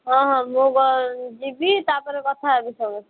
ହଁ ହଁ ମୁଁ ଯିବି ତା'ପରେ କଥା ହେବି ସବୁ